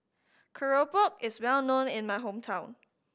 keropok is well known in my hometown